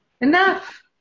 Enough